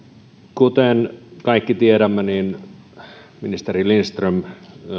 kuten kaikki tiedämme ministeri lindström